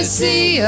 see